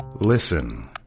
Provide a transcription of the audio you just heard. Listen